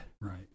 Right